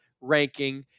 ranking